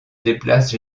déplacent